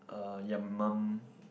uh yeah mom